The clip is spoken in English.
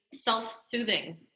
self-soothing